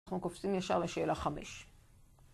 אנחנו קופצים ישר לשאלה 5